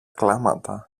κλάματα